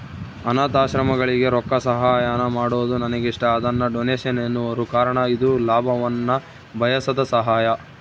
ಅನಾಥಾಶ್ರಮಗಳಿಗೆ ರೊಕ್ಕಸಹಾಯಾನ ಮಾಡೊದು ನನಗಿಷ್ಟ, ಅದನ್ನ ಡೊನೇಷನ್ ಎನ್ನುವರು ಕಾರಣ ಇದು ಲಾಭವನ್ನ ಬಯಸದ ಸಹಾಯ